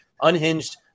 Unhinged